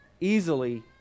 easily